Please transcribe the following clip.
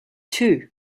too